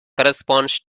corresponds